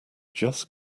just